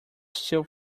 still